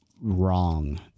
wrong